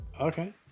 okay